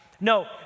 No